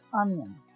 onion